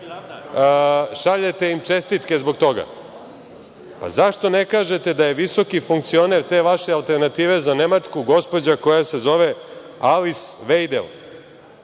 šaljete im čestitke zbog toga. Zašto ne kažete da je visoki funkcioner te vaše Alternative za Nemačku gospođa koja se zove Alis Vejdel.